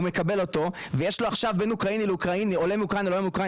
הוא מקבל אותו ויש לו - עולה מאוקראינה,